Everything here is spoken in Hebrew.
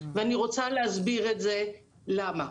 ואני רוצה להסביר למה.